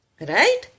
Right